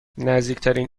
نزدیکترین